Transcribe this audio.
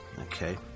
Okay